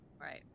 Right